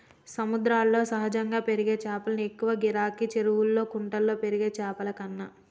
సముద్రాల్లో సహజంగా పెరిగే చాపలకు ఎక్కువ గిరాకీ, చెరువుల్లా కుంటల్లో పెరిగే చాపలకన్నా